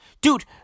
dude